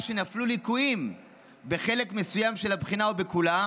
שנפלו ליקויים בחלק מסוים של הבחינה או בכולה,